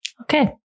Okay